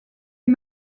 est